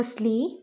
कसली